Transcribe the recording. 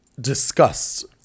discussed